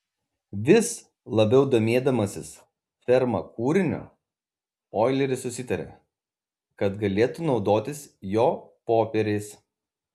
vis labiau domėdamasis ferma kūriniu oileris susitarė kad galėtų naudotis jo popieriais